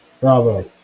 Bravo